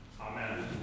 Amen